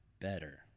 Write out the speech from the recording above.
better